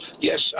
yes